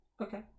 Okay